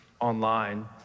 online